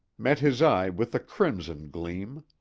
met his eye with a crimson gleam.